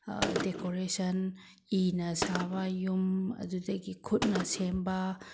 decoration ꯏꯅ ꯁꯥꯕ ꯌꯨꯝ ꯑꯗꯨꯗꯒꯤ ꯈꯨꯠꯅ ꯁꯦꯝꯕ